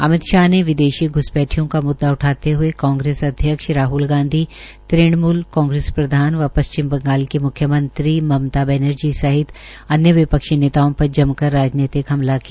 अमित शाह ने विदेशी घुसपैठियों का मुद्दा उठाते ह्ए कांग्रेस अध्यक्ष राह्ल गांधी तृणमूल कांग्रेस प्रधान व पश्चिम बंगाल की मुख्यमंत्री ममता बनर्जी सहित अन्य विपक्षी नेताओं पर जमकर राजनैतिक हमला किया